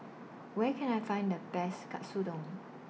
Where Can I Find The Best Katsudon